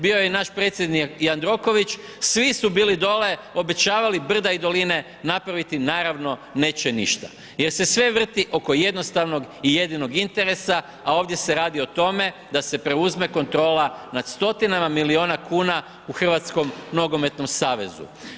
Bio je i naš predsjednik Jandroković, svi su bili dole, obećavali brda i doline, napraviti naravno neće ništa jer se sve vrti oko jednostavnog i jedinog interesa, a ovdje se radi o tome da se preuzme kontrola nad stotinama milijuna kuna u Hrvatskom nogometnom savezu.